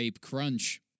Crunch